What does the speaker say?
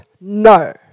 no